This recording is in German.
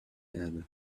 erde